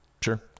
Sure